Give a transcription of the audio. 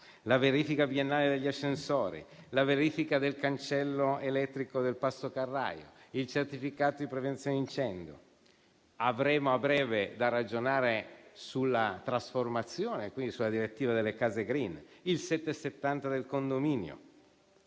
la verifica biennale degli ascensori, la verifica del cancello elettrico del passo carraio, il certificato di prevenzione incendi. Avremo a breve da ragionare sulla trasformazione e quindi sulla direttiva delle case *green*. C'è il modello 770 del condominio.